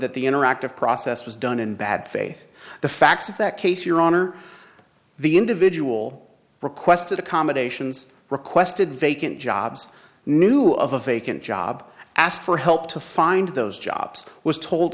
that the interactive process was done in bad faith the facts of that case your honor the individual requested accommodations requested vacant jobs knew of a vacant job ask for help find those jobs was told